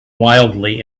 wildly